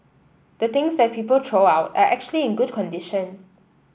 the things that people throw out are actually in good condition